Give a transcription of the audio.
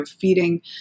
feeding